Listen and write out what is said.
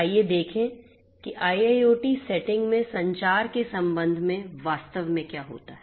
आइए देखें कि IIoT सेटिंग में संचार के संबंध में वास्तव में क्या होता है